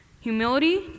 Humility